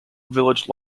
village